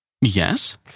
Yes